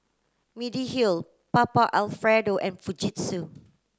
Mediheal Papa Alfredo and Fujitsu